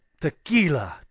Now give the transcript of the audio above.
tequila